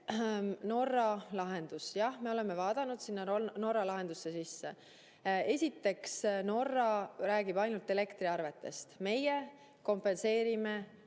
Norra lahendus. Jah, me oleme vaadanud Norra lahendusse sisse. Esiteks, Norra räägib ainult elektriarvetest, meie kompenseerime